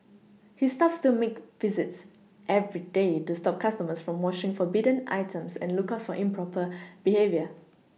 his staff still make visits every day to stop customers from washing forbidden items and look out for improper behaviour